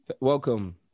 welcome